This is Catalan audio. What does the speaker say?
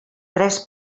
tres